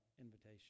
invitation